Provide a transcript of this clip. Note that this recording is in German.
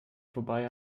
vorbei